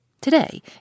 Today